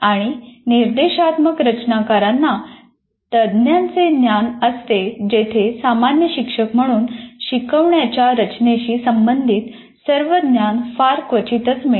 आणि निर्देशात्मक रचनाकारांना तज्ञांचे ज्ञान असते जेथे सामान्य शिक्षक म्हणून शिकवण्याच्या रचनेशी संबंधित सर्व ज्ञान फार क्वचितच मिळते